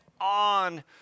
on